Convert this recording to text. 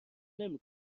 نمی